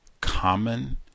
common